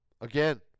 Again